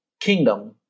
Kingdom –